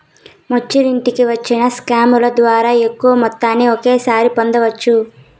మెచ్చురిటీకి వచ్చిన స్కాముల ద్వారా ఎక్కువ మొత్తాన్ని ఒకేసారి పొందవచ్చు